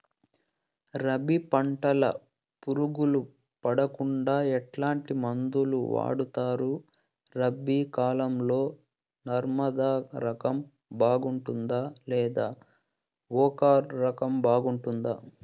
రబి పంటల పులుగులు పడకుండా ఎట్లాంటి మందులు వాడుతారు? రబీ కాలం లో నర్మదా రకం బాగుంటుందా లేదా ఓంకార్ రకం బాగుంటుందా?